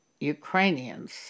Ukrainians